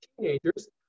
teenagers